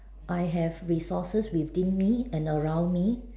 I have resources within me and around me